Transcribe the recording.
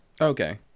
Okay